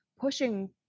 pushing